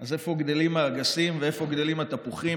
אז איפה גדלים האגסים ואיפה גדלים התפוחים?